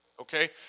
Okay